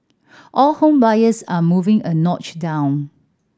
all home buyers are moving a notch down